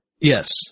Yes